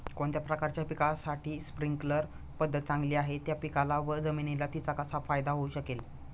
कोणत्या प्रकारच्या पिकासाठी स्प्रिंकल पद्धत चांगली आहे? त्या पिकाला व जमिनीला तिचा कसा फायदा होऊ शकेल?